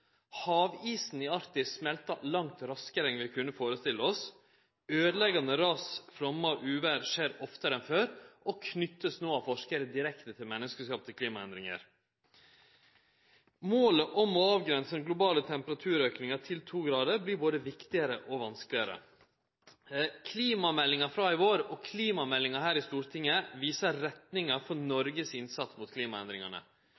Havisen i Arktis smeltar langt raskare enn vi kunne førestille oss, øydeleggjande ras, flaumar og uvêr skjer oftare enn før, og vert no av forskarer knytte direkte til menneskeskapte klimaendringar. Målet om å avgrense den globale temperaturauken til 2 grader vert både viktigare og vanskelegare. Klimameldinga frå i vår og klimaforliket her i Stortinget viser retninga for